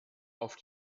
auf